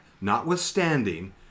notwithstanding